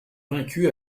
vaincu